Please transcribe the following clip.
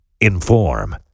Inform